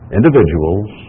individuals